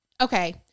okay